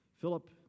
Philip